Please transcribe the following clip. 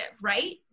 right